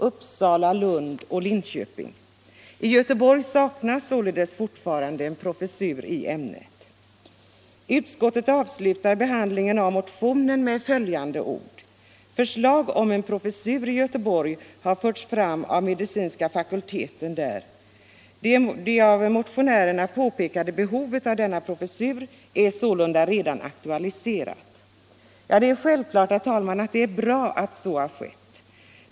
Utskottet avslutar behandlingen av motionen med följande ord: ”Förslag om en professur i Göteborg har förts fram av medicinska fakulteten där. Det av motionärerna påpekade behovet av denna professur är sålunda redan tidigare aktualiserat.” Det är självfallet bra att så har skett.